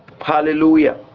Hallelujah